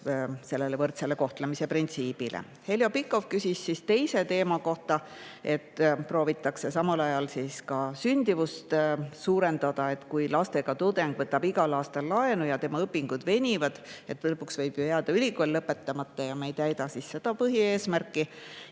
see võrdse kohtlemise printsiibile. Heljo Pikhof küsis teise teema kohta, et proovitakse samal ajal ka sündimust suurendada. Kui lastega tudeng võtab igal aastal laenu ja tema õpingud venivad, siis lõpuks võib ju jääda ülikool lõpetamata ja me ei täida seda põhieesmärki.